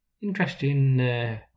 Interesting